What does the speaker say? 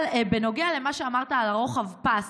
אבל בנוגע למה שאמרת על רוחב הפס,